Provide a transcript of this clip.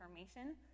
information